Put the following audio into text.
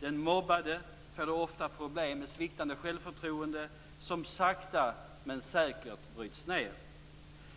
Den mobbade får ofta problem med sviktande självförtroende som sakta men säkert bryts ned.